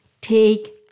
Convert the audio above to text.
take